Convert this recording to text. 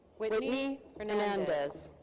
whitney hernandez.